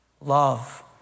love